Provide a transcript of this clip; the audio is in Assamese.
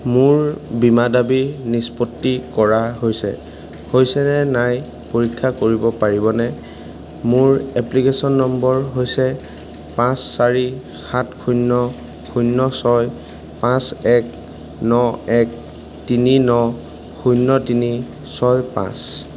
মোৰ বীমা দাবী নিষ্পত্তি কৰা হৈছে নে নাই পৰীক্ষা কৰিব পাৰিবনে মোৰ এপ্লিকেচন নম্বৰ হৈছে পাঁচ চাৰি সাত শূন্য শূন্য ছয় পাঁচ এক ন এক তিনি ন শূন্য তিনি ছয় পাঁচ